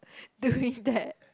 doing that